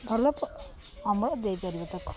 ଭଲ ଅମଳ ଦେଇପାରିବ ତାକୁ